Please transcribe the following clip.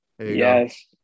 Yes